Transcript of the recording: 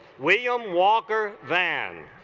william walker van